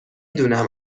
دونم